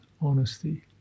honesty